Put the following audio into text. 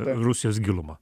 rusijos gilumą